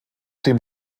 dem